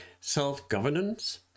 self-governance